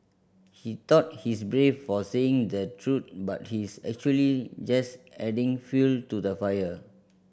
he thought he's brave for saying the truth but he's actually just adding fuel to the fire